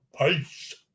Peace